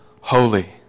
holy